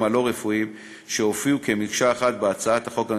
הלא-רפואיים שהופיעו כמקשה אחת בהצעת החוק הממשלתית.